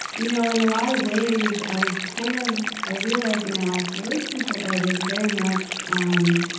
you know, in a lot of ways, i was kind of, i realized in my last relationship, i was very much, um,